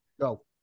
Go